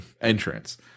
entrance